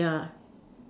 ya